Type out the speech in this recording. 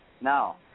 Now